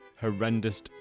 horrendous